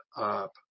up